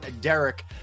Derek